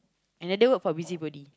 another word for busybody